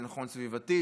זה נכון סביבתית,